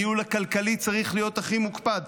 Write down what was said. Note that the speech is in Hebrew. הניהול הכלכלי צריך להיות הכי מוקפד,